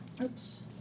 Oops